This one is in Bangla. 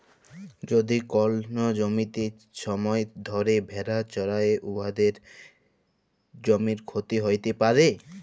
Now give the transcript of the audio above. যদি কল জ্যমিতে ছময় ধ্যইরে ভেড়া চরহে উয়াতে জ্যমির ক্ষতি হ্যইতে পারে